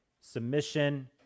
submission